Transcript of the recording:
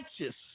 righteous